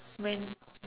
when